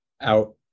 out